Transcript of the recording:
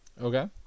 Okay